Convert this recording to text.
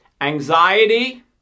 anxiety